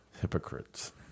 Hypocrites